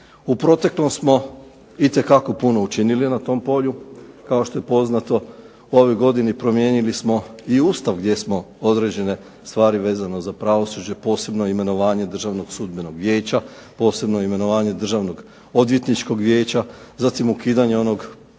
U proteklom smo itekako puno učinili na tom polju. Kao što je poznato u ovoj godini promijenili smo i Ustav gdje smo određene stvari vezano za pravosuđe posebno imenovanje Državnog sudbenog vijeća, posebno imenovanje Državnog odvjetničkog vijeća. Zatim ukidanje onog